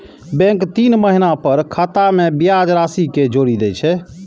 bank तीन महीना पर खाता मे ब्याज राशि कें जोड़ि दै छै